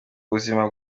ubuzima